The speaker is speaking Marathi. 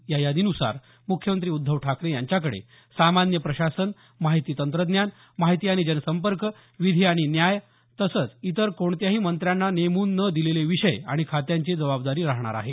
या यादीनुसार मुख्यमंत्री उद्धव ठाकरे यांच्याकडे सामान्य प्रशासन माहिती तंत्रज्ञान माहिती आणि जनसंपर्क विधी आणि न्याय तसंच इतर कोणत्याही मंत्र्यांना नेमून न दिलेले विषय आणि खात्यांची जबाबदारी राहणार आहे